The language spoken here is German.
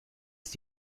ist